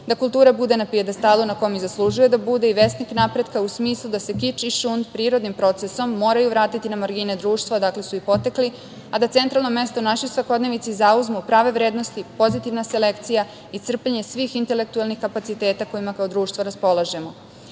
da kultura bude na pijedestalu na kom i zaslužuje da bude i vesnik napretka u smislu da se kič i šund prirodnim procesom moraju vratiti na margine društva odakle su i potekli, a da centralna mesta u našoj svakodnevnici zauzmu prave vrednosti, pozitivna selekcija i crpljenje svih intelektualnih kapaciteta kojima kao društvo raspolažemo. Sigurna